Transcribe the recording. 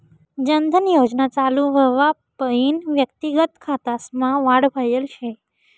जन धन योजना चालू व्हवापईन व्यक्तिगत खातासमा वाढ व्हयल शे